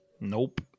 Nope